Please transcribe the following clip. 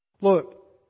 Look